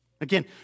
Again